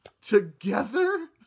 together